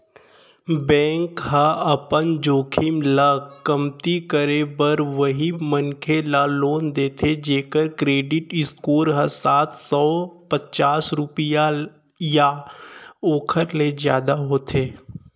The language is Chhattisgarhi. बेंक ह अपन जोखिम ल कमती करे बर उहीं मनखे ल लोन देथे जेखर करेडिट स्कोर ह सात सव पचास रुपिया या ओखर ले जादा होथे